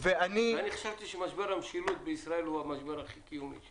ואני חשבתי שמשבר המשילות בישראל הוא המשבר הכי קיומי.